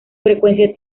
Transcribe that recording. frecuencia